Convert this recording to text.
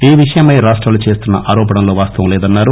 ఈ విషయమై రాష్టాలు చేస్తున్న ఆరోపణల్లో వాస్తవం లేదన్నారు